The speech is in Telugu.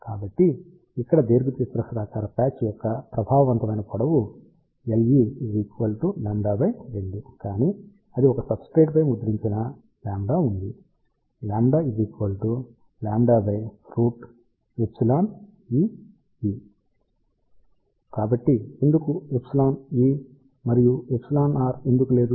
కాబట్టి ఇక్కడ దీర్ఘచతురస్రాకార ప్యాచ్ యొక్క ప్రభావవంతమైన పొడవు Le λ2 కానీ అది ఒక సబ్స్టేట్ పై ముద్రించిన λ ఉంది λ λ0 √εe కాబట్టి ఎందుకు εe మరియు εr ఎందుకు లేదు